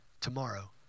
tomorrow